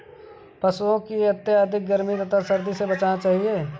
पशूओं को अत्यधिक गर्मी तथा सर्दी से बचाना चाहिए